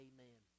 Amen